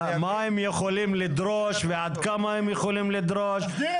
מה הם יכולים לדרוש ועד כמה הם יכולים לדרוש,